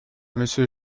monsieur